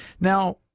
Now